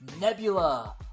Nebula